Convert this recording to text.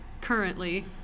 currently